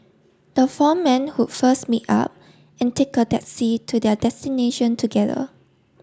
the four men would first meet up and take a taxi to their destination together